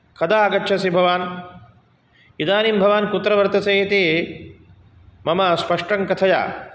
कदा आगच्छसि भवान् इदानीं भवान् कुत्र वर्तसे इति मम स्पष्टं कथय